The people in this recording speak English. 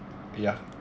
ya